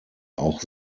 auch